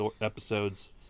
episodes